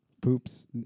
Poops